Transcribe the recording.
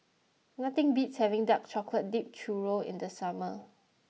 nothing beats having Dark Chocolate Dipped Churro in the summer